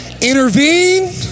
intervene